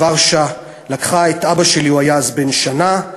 וורשה, היא לקחה את אבא שלי, שהיה בן שנה,